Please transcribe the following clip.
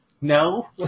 No